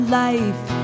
life